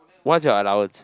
what's your allowance